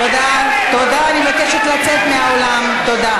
תסתלק מכאן, תסתלק מכאן.